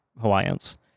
Hawaiians